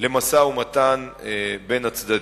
למשא-ומתן בין הצדדים.